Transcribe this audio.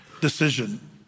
decision